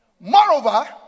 Moreover